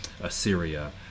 Assyria